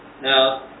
Now